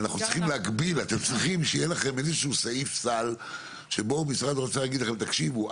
אתם צריכים שיהיה לכם איזה סעיף סל שבו משרד האוצר יגיד לכם: תקשיבו,